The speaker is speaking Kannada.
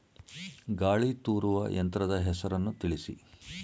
ಗಾಳಿ ತೂರುವ ಯಂತ್ರದ ಹೆಸರನ್ನು ತಿಳಿಸಿ?